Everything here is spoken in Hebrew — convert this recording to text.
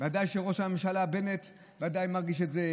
ודאי שראש הממשלה בנט ודאי מרגיש את זה,